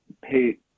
pay